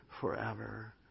forever